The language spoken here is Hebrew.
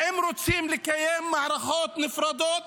האם רוצים לקיים מערכות נפרדות?